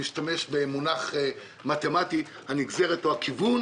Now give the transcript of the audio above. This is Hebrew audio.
נעשה לילות כימים